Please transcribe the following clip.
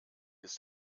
ist